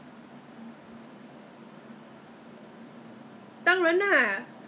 because like that I think long long time ago I think more a couple of years ago I bought a lot from them